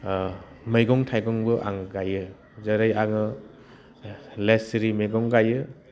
मैग थाइगंबो आङो गाइयो जेरै आङो लेस्रि मैगं गाइयो